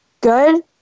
good